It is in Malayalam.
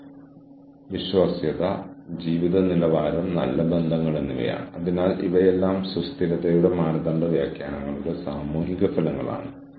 അതിനാൽ സംഘടനാപരമായ പ്രതിബദ്ധത ദുർലഭമായ വിഭവങ്ങളിലേക്കുള്ള പ്രവേശനം വിശ്വാസം തൊഴിൽ ചെലവ് കുറയ്ക്കൽ തുടങ്ങിയവ